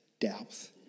depth